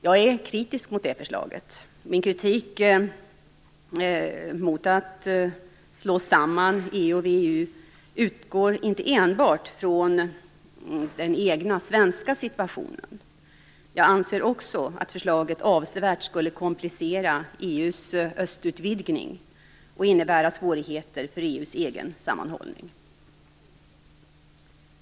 Jag är kritisk mot det förslaget. Min kritik mot att slå samman EU och VEU utgår inte enbart från den egna svenska situationen. Jag anser också att förslaget avsevärt skulle komplicera EU:s östutvidgning och innebära svårigheter för EU:s egen sammanhållning.